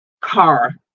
car